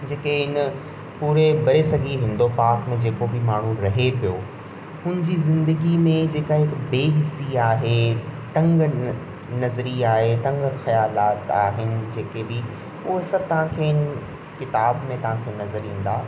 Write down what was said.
जेके इन पूरे भरे सघे ई ईंदो पाप में जेको बि माण्हू रहे पियो हुन जी ज़िंदगी में जेका हिकु बेहिसी आहे तंगनज़री आहे तंग ख़्यालाति आहिनि जेके बि उहो सभु तव्हां खे इन किताब में तव्हां खे नज़र ईंदा